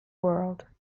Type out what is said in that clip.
world